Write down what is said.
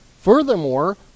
Furthermore